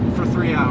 for three um